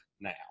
now